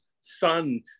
son